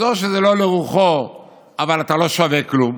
אז או שזה לא לרוחך אבל אתה לא שווה כלום,